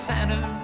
Santa